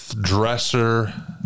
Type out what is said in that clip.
Dresser